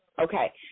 Okay